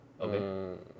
okay